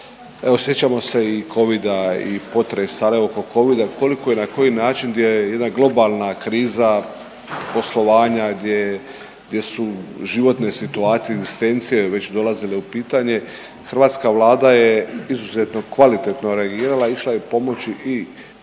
sjećamo se i covida i potresa, al evo oko covida, koliko je i na koji način je jedna globalna kriza poslovanja gdje, gdje su životne situacije i egzistencije već dolazile u pitanje, hrvatska Vlada je izuzetno kvalitetno reagirala, išla je pomoći i